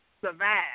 survive